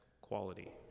quality